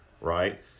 right